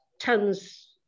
tons